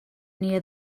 near